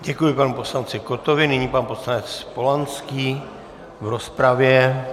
Děkuji panu poslanci Kottovi, nyní pan poslanec Polanský v rozpravě.